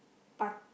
part